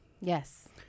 Yes